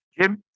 Jim